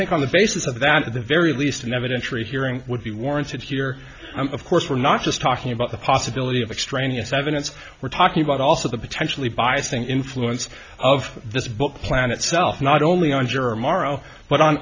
think on the basis of that at the very least an evidentiary hearing would be warranted here of course we're not just talking about the possibility of extraneous evidence we're talking about also the potentially biasing influence of this book plan itself not only on juror morrow but on